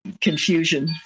confusion